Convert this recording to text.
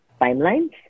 timelines